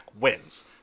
wins